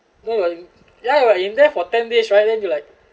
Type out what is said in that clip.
no when ya we're in there for ten days right then they were like